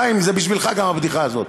חיים, זה בשבילך, גם, הבדיחה הזאת.